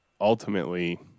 ultimately